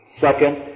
Second